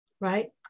Right